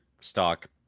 stock